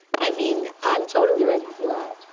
i mean, i'm totally ready for that.